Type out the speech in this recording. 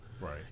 Right